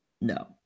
No